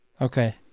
Okay